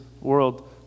world